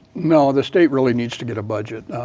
no. the state really needs to get a budget.